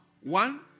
one